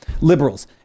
liberals